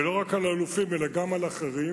ולא רק על אלופים אלא גם על אחרים,